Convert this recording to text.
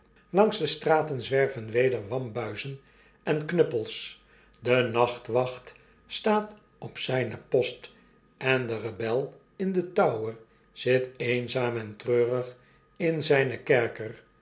langs de straten zwerven weder wambuizen en knuppels de nachtwacht staat op zijnen post en de rebel in den tower zit eenzaam en treurig in zijnen kerker